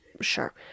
sure